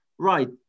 Right